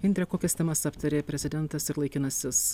indre kokias temas aptarė prezidentas ir laikinasis